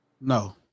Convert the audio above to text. No